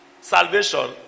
salvation